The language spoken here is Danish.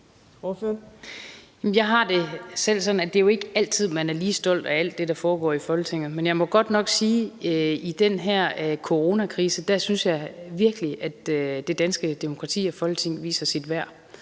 Jeg har det selv sådan, at det jo ikke altid er sådan, at man er lige stolt af alt det, der foregår i Folketinget, men jeg må godt nok sige, at i den her coronakrise synes jeg virkelig det danske demokrati og Folketing viser sit værd